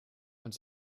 und